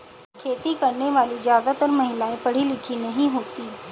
खेती करने वाली ज्यादातर महिला पढ़ी लिखी नहीं होती